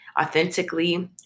authentically